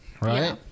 Right